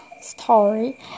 story